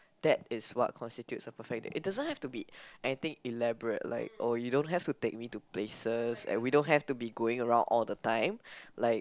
that is what constitutes a perfect date it doesn't have to be anything elaborate like oh you don't have to take me to places and we don't have to be going around all the time like